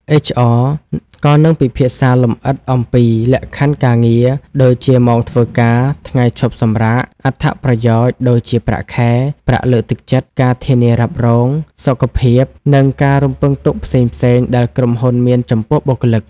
HR ក៏នឹងពិភាក្សាលម្អិតអំពី លក្ខខណ្ឌការងារ ដូចជាម៉ោងធ្វើការ ថ្ងៃឈប់សម្រាក អត្ថប្រយោជន៍ ដូចជាប្រាក់ខែ ប្រាក់លើកទឹកចិត្ត ការធានារ៉ាប់រង សុខភាព និងការរំពឹងទុកផ្សេងៗដែលក្រុមហ៊ុនមានចំពោះបុគ្គលិក។